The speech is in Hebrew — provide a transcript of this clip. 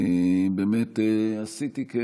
באמת עשיתי כן,